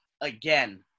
again